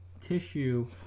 tissue